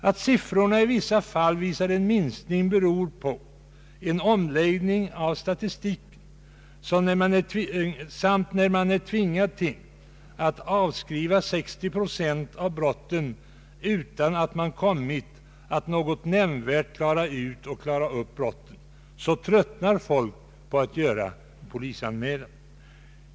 Att siffrorna i vissa fall visar en minskning beror på en omläggning av statistiken. När man dessutom är tvingad att avskriva 60 procent av de anmälda brotten utan att man nämnvärt har klarat upp dem, tröttnar folk på att göra polisanmälan.